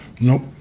nope